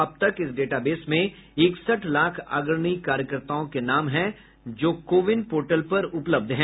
अब तक इस डेटाबेस में इकसठ लाख अग्रणी कार्यकर्ताओं के नाम हैं जो को विन पोर्टल पर उपलब्ध हैं